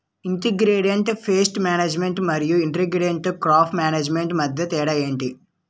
integrated pest management మరియు integrated crop management మధ్య తేడా ఏంటి